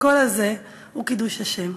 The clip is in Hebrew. הקול הזה הוא קידוש השם.